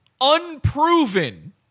Unproven